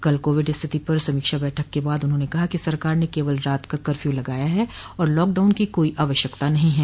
कल कोविड स्थिति पर समीक्षा बैठक के बाद उन्होंने कहा कि सरकार ने केवल रात का कर्फ्यू लगाया है और लॉकडाउन की कोई आवश्यकता नहीं है